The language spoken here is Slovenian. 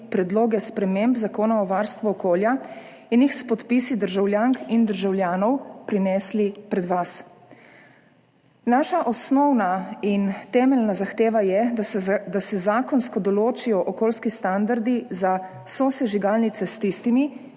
predloge sprememb Zakona o varstvu okolja in jih s podpisi državljank in državljanov prinesli pred vas. Naša osnovna in temeljna zahteva je, da se zakonsko izenačijo okoljski standardi za sosežigalnice s tistimi,